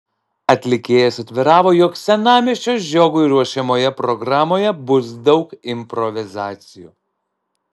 atlikėjas atviravo jog senamiesčio žiogui ruošiamoje programoje bus daug improvizacijų